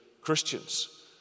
Christians